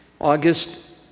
August